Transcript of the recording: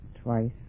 twice